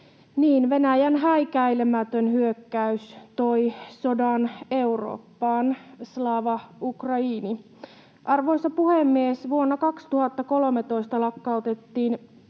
Venäjän häikäilemätön hyökkäys toi sodan Eurooppaan. Slava Ukraini! Arvoisa puhemies! Vuonna 2013 lakkautettiin